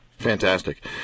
Fantastic